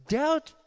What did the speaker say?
doubt